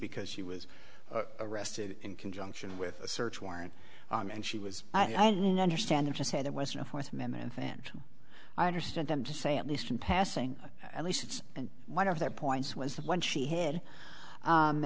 because she was arrested in conjunction with a search warrant and she was i didn't understand him to say there wasn't a fourth amendment and i understood them to say at least in passing at least it's one of their points was that when she hi